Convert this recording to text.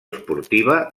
esportiva